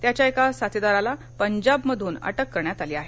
त्याच्या एका साथीदाराला पंजाबमधून अटक करण्यात आली आहे